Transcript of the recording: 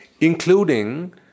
including